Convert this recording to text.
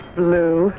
blue